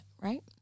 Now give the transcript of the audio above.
right